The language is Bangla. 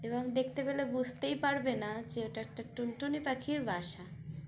এবং দেখতে পেলে বুঝতেই পারবে না যে ওটা একটা টুনটুনি পাখির বাসা